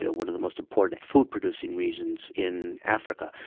ah one of the most important food producing regions in africa,